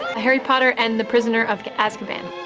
harry potter and the prisoner of azkaban.